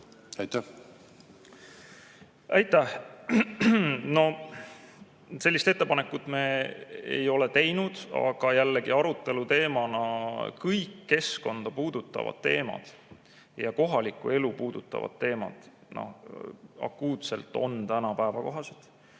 ei ole. Aitäh! No sellist ettepanekut me ei ole teinud. Aga jällegi, aruteluteemana kõik keskkonda puudutavad teemad ja kohalikku elu puudutavad teemad on akuutselt täna päevakohased.